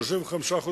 35%